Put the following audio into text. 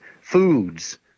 foods